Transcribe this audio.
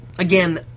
Again